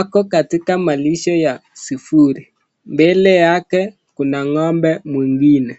Ako katika malisho ya sifuri, mbele yake kuna ngombe mwingine.